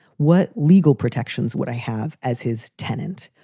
what legal protections would i have as his tenant?